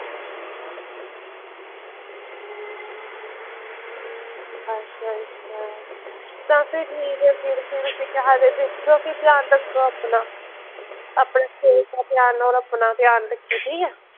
अच्छा अच्छा तां फिर ठीक ऐ फिर केह् आखदे दिक्खेओ फिर ध्यान रक्खेओ अपना अपनी सेह्त दा ध्यान होर अपना ध्यान रक्खेओ ठीक ऐ